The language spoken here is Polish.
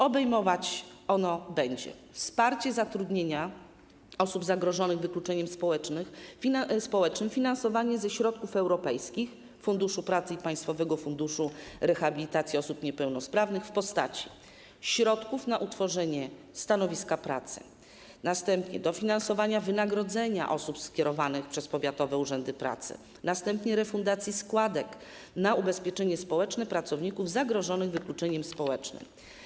Obejmować ono będzie: wsparcie zatrudnienia osób zagrożonych wykluczeniem społecznym, finansowanie ze środków europejskich Funduszu Pracy i Państwowego Funduszu Rehabilitacji Osób Niepełnosprawnych w postaci środków na utworzenie stanowiska pracy, dofinansowania wynagrodzenia osób skierowanych przez powiatowe urzędy pracy, refundacji składek na ubezpieczenie społeczne pracowników zagrożonych wykluczeniem społecznym.